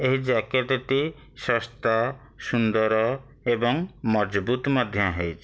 ଏହି ଜ୍ୟାକେଟେଟି ଶସ୍ତା ସୁନ୍ଦର ଏବଂ ମଜବୁତ ମଧ୍ୟ ହେଇଛି